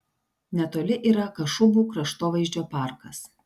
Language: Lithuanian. netoli yra kašubų kraštovaizdžio parkas